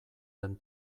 den